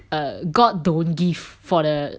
err god don't give for the